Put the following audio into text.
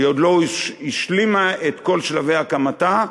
היא עוד לא השלימה את כל שלבי הקמתה,